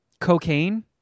cocaine